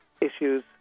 issues